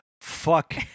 fuck